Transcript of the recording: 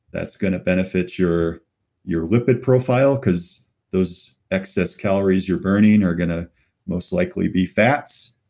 that's going to benefit your your lipid profile because those excess calories you're burning are going to most likely be fats.